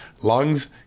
lungs